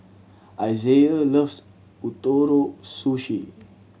Isaiah loves Ootoro Sushi